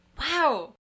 Wow